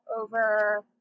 over